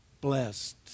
blessed